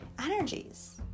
energies